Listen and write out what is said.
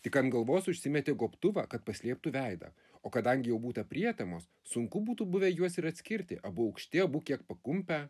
tik ant galvos užsimetė gobtuvą kad paslėptų veidą o kadangi jau būta prietemos sunku būtų buvę juos ir atskirti abu aukšti abu kiek pakumpę